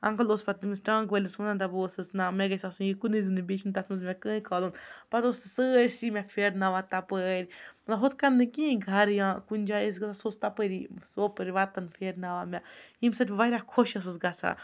uncle اوس پَتہٕ تٔمِس ٹانٛگہٕ وٲلِس وَنان دَپان اوسُس نا مےٚ گژھِ آسٕںۍ یہِ کُنُے زوٚنُے بیٚیہِ چھِنہٕ تَتھ منٛز مےٚ کٕہٕنۍ کھالُن پَتہٕ اوس سُہ سٲرۍسٕے مےٚ پھیرناوان تَپٲرۍ مطلب ہُتھ کَنۍ نہٕ کِہیٖنۍ گَرٕ یا کُنہِ جایہِ ٲسۍ گژھان سُہ اوس تَپٲری سوپورِ وَتَن پھیرناوان مےٚ ییٚمہِ سۭتۍ بہٕ واریاہ خۄش ٲسٕس گژھان